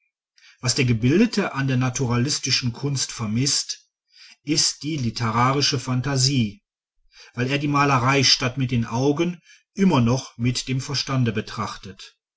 was der gebildete an der naturalistischen kunst vermißt ist die literarische phantasie weil er die malerei statt mit den augen immer noch mit dem verstande betrachtet